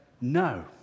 no